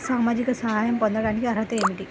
సామాజిక సహాయం పొందటానికి అర్హత ఏమిటి?